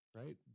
right